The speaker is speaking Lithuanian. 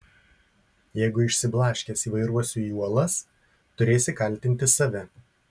jeigu išsiblaškęs įvairuosiu į uolas turėsi kaltinti save